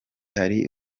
hari